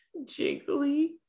jiggly